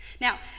Now